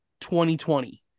2020